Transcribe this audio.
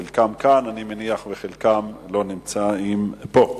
אני מניח שחלקם כאן וחלקם לא נמצאים פה.